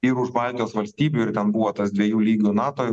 ir už baltijos valstybių ir ten buvo tas dviejų lygių nato